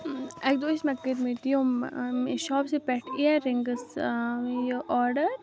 اکہِ دۄہ ٲسۍ مےٚ کٔرمٕتۍ یِم شوپسی پیٹھ اِیررِنٛگٕس یہِ آرڈر